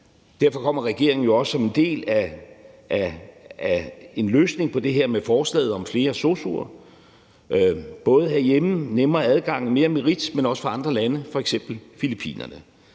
Derfor kommer regeringen jo også som en del af en løsning på det her med forslaget om flere sosu'er både herhjemmefra – med nemmere adgang og mere meritoverførsel – men også fra andre lande, f.eks. Filippinerne.